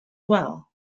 well